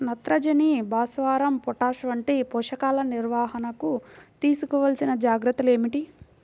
నత్రజని, భాస్వరం, పొటాష్ వంటి పోషకాల నిర్వహణకు తీసుకోవలసిన జాగ్రత్తలు ఏమిటీ?